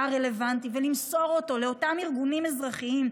הרלוונטי ולמסור אותו לאותם ארגונים אזרחיים,